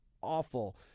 awful